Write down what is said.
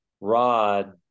Rod